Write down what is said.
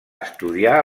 estudiar